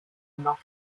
not